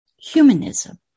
Humanism